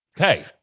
Okay